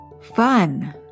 fun